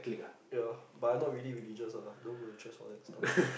ya but I not really religious ah don't go to church all that stuff